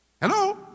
Hello